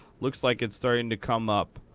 looks like it's starting to come up,